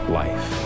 life